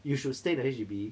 you should stay the H_D_B